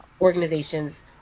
organizations